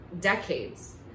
decades